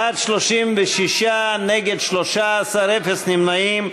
בעד, 36, נגד, 13, אפס נמנעים.